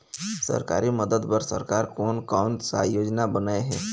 सरकारी मदद बर सरकार कोन कौन सा योजना बनाए हे?